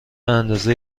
اندازه